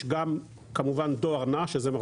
יש כמובן גם דואר נע.